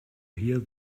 hear